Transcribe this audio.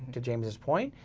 to james's point.